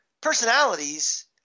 personalities